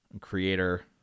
creator